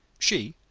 she,